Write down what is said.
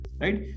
right